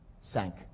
sank